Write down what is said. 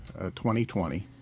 2020